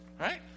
Right